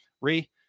Re